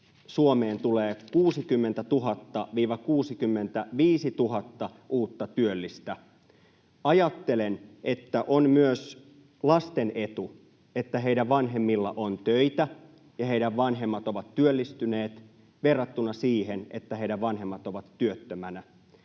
Suomeen tulee 60 000—65 000 uutta työllistä. Ajattelen, että on myös lasten etu, että heidän vanhemmillaan on töitä ja heidän vanhempansa ovat työllistyneet verrattuna siihen, että heidän vanhempansa ovat työttömänä.